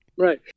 Right